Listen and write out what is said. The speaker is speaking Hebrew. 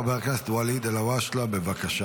חבר הכנסת ואליד אלהואשלה, בבקשה.